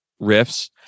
riffs